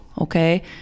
okay